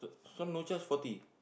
so no charge forty